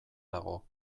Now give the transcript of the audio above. dago